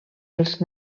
els